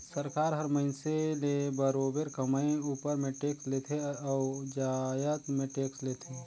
सरकार हर मइनसे ले बरोबेर कमई उपर में टेक्स लेथे अउ जाएत में टेक्स लेथे